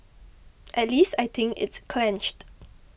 at least I think it's clenched